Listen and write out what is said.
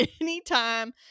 anytime